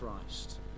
Christ